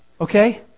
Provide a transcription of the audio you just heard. Okay